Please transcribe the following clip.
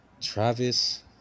Travis